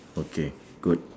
okay good